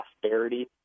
prosperity